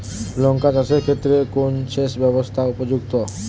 লঙ্কা চাষের ক্ষেত্রে কোন সেচব্যবস্থা উপযুক্ত?